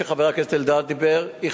שחבר הכנסת אלדד דיבר עליו.